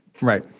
Right